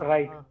Right।